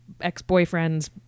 ex-boyfriend's